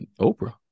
Oprah